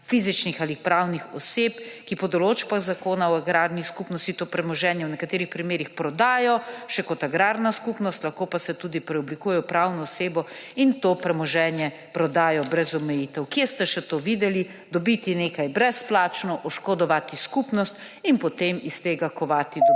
fizičnih ali pravnih oseb, ki po določbah Zakona o agrarnih skupnostih to premoženje v nekaterih primerih prodajo še kot agrarna skupnost, lahko pa se tudi preoblikuje v pravno osebo in to premoženje prodajo brez omejitev. Kje ste še to videli, dobiti nekaj brezplačno, oškodovati skupnost in potem iz tega kovati dobičke?!